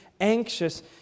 anxious